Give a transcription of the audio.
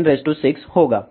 106 होगा